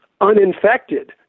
uninfected